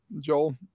Joel